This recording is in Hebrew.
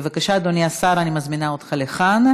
בבקשה, אדוני השר, אני מזמינה אותך לכאן,